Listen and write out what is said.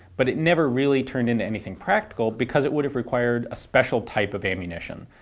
but it never really turned into anything practical because it would have required a special type of ammunition.